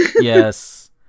Yes